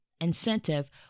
incentive